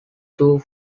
two